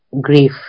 grief